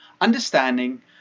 understanding